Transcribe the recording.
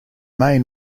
main